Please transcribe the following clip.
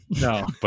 No